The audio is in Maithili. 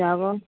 आबऽ